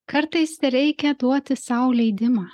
kartais tereikia duoti sau leidimą